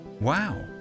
Wow